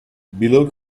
below